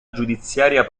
giudiziaria